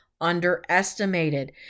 underestimated